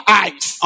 eyes